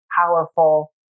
powerful